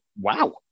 wow